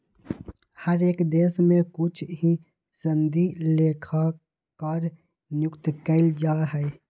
हर एक देश में कुछ ही सनदी लेखाकार नियुक्त कइल जा हई